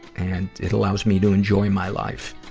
and it allows me to enjoy my life,